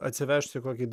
atsivežti kokį